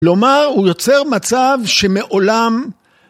כ‫לומר, הוא יוצר מצב שמעולם...